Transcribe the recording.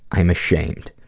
i'm ashamed.